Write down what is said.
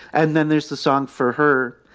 and then there's the song for her,